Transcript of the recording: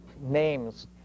names